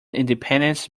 independence